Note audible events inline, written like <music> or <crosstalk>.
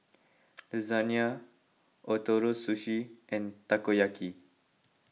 <noise> Lasagne Ootoro Sushi and Takoyaki